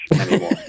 anymore